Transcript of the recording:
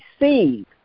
receive